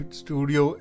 studio